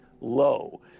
low